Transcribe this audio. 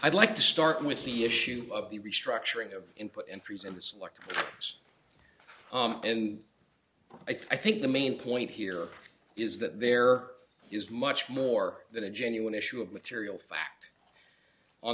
i'd like to start with the issue of the restructuring of input entries in the select us and i think the main point here is that there is much more than a genuine issue of material fact on